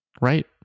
Right